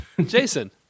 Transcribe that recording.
Jason